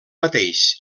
mateix